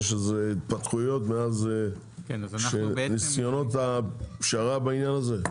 יש התפתחויות מאז ניסיונות הפשרה בעניין הזה?